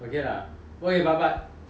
after everything that we talked about